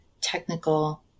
technical